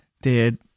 Dude